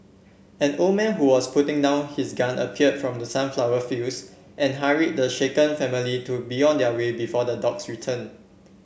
an old man who was putting down his gun appeared from the sunflower fields and hurried the shaken family to be on their way before the dogs return